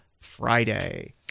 Friday